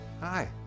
hi